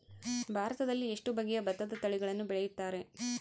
ಭಾರತದಲ್ಲಿ ಎಷ್ಟು ಬಗೆಯ ಭತ್ತದ ತಳಿಗಳನ್ನು ಬೆಳೆಯುತ್ತಾರೆ?